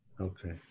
Okay